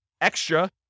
extra